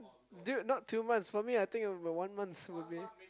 dude not two months for me I think it would be one month will be